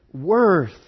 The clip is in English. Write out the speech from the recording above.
worth